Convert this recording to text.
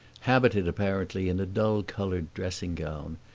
habited apparently in a dull-colored dressing gown,